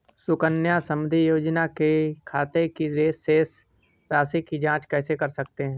सुकन्या समृद्धि योजना के खाते की शेष राशि की जाँच कैसे कर सकते हैं?